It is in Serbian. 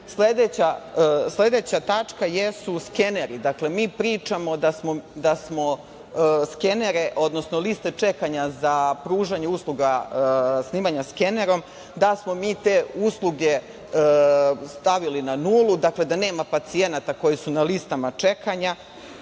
zdravlje. Sledeća tačka jesu skeneri. Mi pričamo da smo skenere, odnosno liste čekanja za pružanje usluga snimanja skenerom, da smo mi te usluge stavili na nulu, da nema pacijenata koji su na listama čekanja.